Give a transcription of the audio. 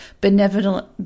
benevolent